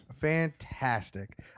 Fantastic